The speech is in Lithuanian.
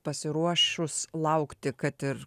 pasiruošus laukti kad ir